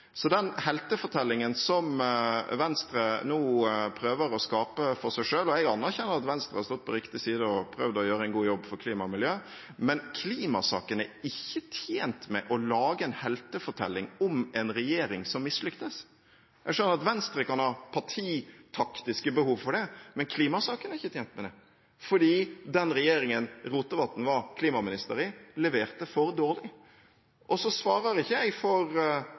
den heltefortellingen som Venstre nå prøver å skape for seg selv – og jeg anerkjenner at Venstre har stått på riktig side og prøvd å gjøre en god jobb for klima og miljø – er klimasaken ikke tjent med å lage en heltefortelling om en regjering som mislyktes. Jeg skjønner at Venstre kan ha partitaktiske behov for det, men klimasaken er ikke tjent med det, for den regjeringen Rotevatn var klimaminister i, leverte for dårlig. Så svarer ikke jeg for